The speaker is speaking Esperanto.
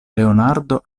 leonardo